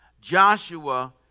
Joshua